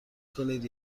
کنید